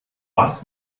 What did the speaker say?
was